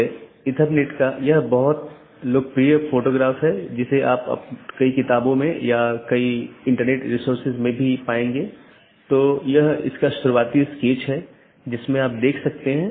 तो मैं AS1 से AS3 फिर AS4 से होते हुए AS6 तक जाऊँगा या कुछ अन्य पाथ भी चुन सकता हूँ